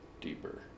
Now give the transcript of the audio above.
deeper